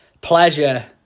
pleasure